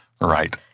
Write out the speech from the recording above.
Right